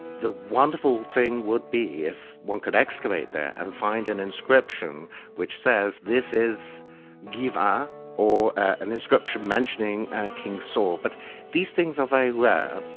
the wonderful thing would be if one could excavate there and find an inscription which says this is gibeah ah or an inscription mentioning king saul. but these things are very rare.